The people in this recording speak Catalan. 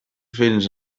fins